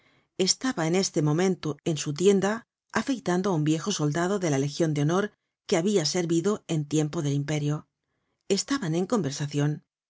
estaba en este momento en su tienda afeitando á un viejo soldado de la legion de honor que habia servido en tiempo del imperio estaban en conversacion el